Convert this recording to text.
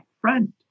friend